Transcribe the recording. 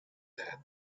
that